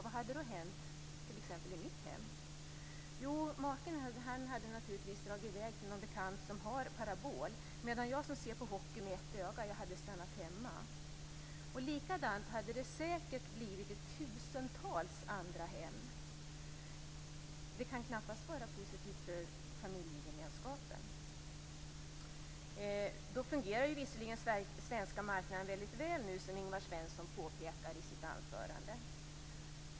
Vad hade då hänt i t.ex. mitt hem? Jo, maken hade naturligtvis åkt till någon bekant som har parabol, medan jag som ser på hockey med ett öga hade stannat hemma. Likadant hade det säkert blivit i tusentals andra hem. Det kan knappast vara positivt för familjegemenskapen. Då fungerar visserligen den svenska marknaden väl, som Ingvar Svensson påpekade i sitt anförande.